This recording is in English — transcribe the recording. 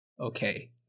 Okay